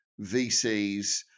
VCs